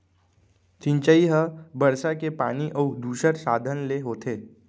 सिंचई ह बरसा के पानी अउ दूसर साधन ले होथे